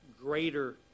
greater